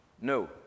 No